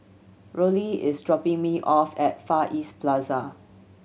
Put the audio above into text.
Rollie is dropping me off at Far East Plaza